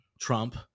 Trump